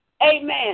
Amen